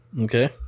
Okay